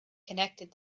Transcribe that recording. connected